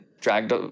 dragged